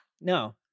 No